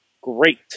great